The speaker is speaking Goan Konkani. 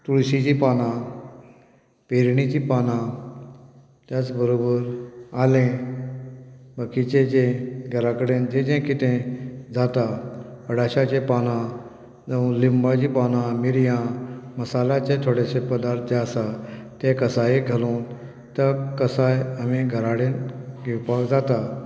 तुळशीचीं पानां पेरिणींची पानां त्याच बरोबर आलें बाकीचें जें घरा कडेन जें जें कितें जाता अडाळशाचीं पानां जावं लिंबाचीं पानां मिरयां मसाल्याचे थोडेशे पदार्थ जे आसात ते कसायेक घालून तो कसाय आमी घरा कडेन घेवपाक जाता